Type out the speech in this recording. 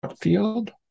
field